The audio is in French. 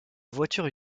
voiture